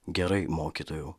gerai mokytojau